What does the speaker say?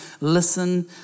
Listen